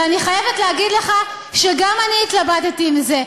ואני חייבת להגיד לך שגם אני התלבטתי על זה,